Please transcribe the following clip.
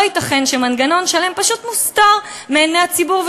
לא ייתכן שמנגנון שלם פשוט מוסתר מעיני הציבור,